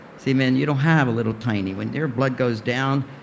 see men. you don't have a little tiny one. their blood goes down.